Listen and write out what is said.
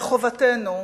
וחובתנו,